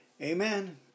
Amen